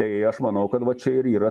tai aš manau kad va čia ir yra